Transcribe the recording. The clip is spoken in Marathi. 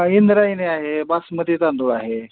इंदरायणी आहे बासमती तांदूळ आहे